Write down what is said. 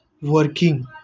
working